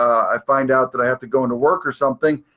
i find out that i have to go into work or something,